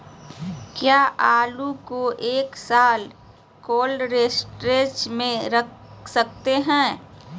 क्या आलू को एक साल कोल्ड स्टोरेज में रख सकते हैं?